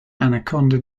anaconda